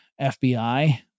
FBI